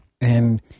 and-